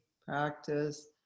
practice